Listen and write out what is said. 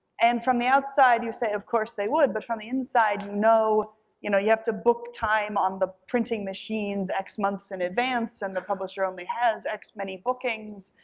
and from the outside you say, of course they would, but from the inside, you know you have to book time on the printing machines x months in advance, and the publisher only has x many bookings,